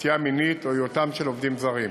נטייה מינית או היותם של עובדים זרים.